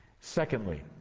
Secondly